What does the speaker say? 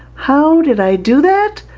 how did i do that?